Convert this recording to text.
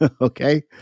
okay